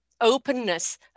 openness